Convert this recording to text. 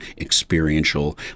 experiential